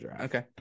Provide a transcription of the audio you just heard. Okay